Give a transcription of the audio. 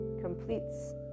completes